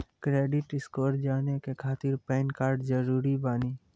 Credit score जाने के खातिर पैन कार्ड जरूरी बानी?